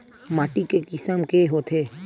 माटी के किसम के होथे?